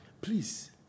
Please